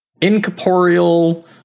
incorporeal